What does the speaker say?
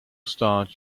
start